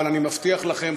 אבל אני מבטיח לכם,